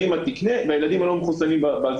האימא תקנה והילדים הלא מחוסנים שם.